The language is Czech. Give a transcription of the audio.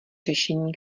řešení